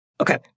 Okay